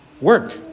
work